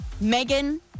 Megan